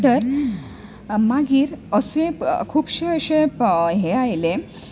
तर मागीर अशें खूबशें अशें हें आयलें